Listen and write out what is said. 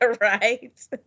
right